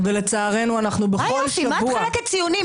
מה את מחלקת ציונים?